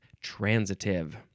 transitive